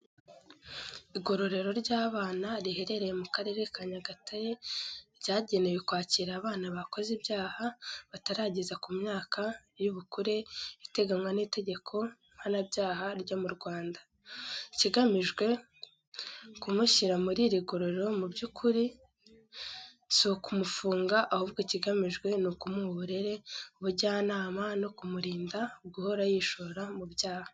Igororero ry'abana riherereye mu Karere ka Nyagatare ryagenewe kwakira abana bakoze ibyaha batarageza ku myaka y'ubukure iteganywa n'itegeko mpanabyaha ryo mu Rwanda. Ikigamijwe kumushyira muri iri gororero mu by’ukuri si ukumufunga ahubwo ikigamijwe ni ukumuha uburere, ubujyanama no kumurinda guhora yishora mu byaha.